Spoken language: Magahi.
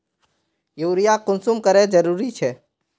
यूरिया कुंसम करे जरूरी छै?